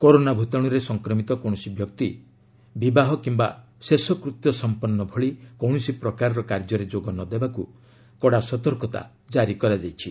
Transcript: corona ଭୂତାଣୁରେ ସଂକ୍ରମିତ କୌଣସି ବ୍ୟକ୍ତି ବିବାହ କିମ୍ବା ଶେଷକୂତ୍ୟ ସମ୍ପନ୍ନ ଭଳି କୌଣସି ପ୍ରକାରର କାର୍ଯ୍ୟରେ ଯୋଗ ନ ଦେବାକୁ କଡ଼ା ସତର୍କତା କାରି କରାଯାଇଛି